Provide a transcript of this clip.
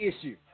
issue